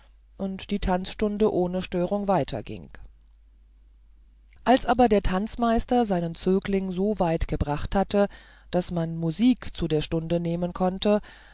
und die tanzstunde ohne störung weiterging als aber der tanzmeister seinen zögling so weit gebracht hatte daß man musik zu der stunde nehmen konnte